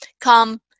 Come